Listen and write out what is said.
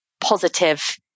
positive